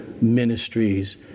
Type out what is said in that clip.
ministries